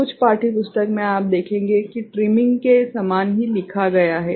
कुछ पाठ्यपुस्तक में आप देखेंगे कि ट्रिमिंग के समान ही लिखा गया है